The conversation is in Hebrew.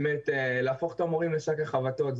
באמת להפוך את המורים לשק החבטות.